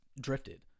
drifted